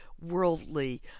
worldly